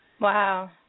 Wow